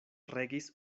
regis